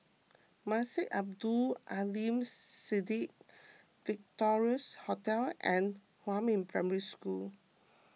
Masjid Abdul Aleem Siddique Victorias Hotel and Huamin Primary School